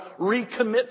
recommit